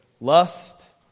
lust